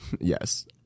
yes